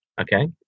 Okay